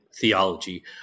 theology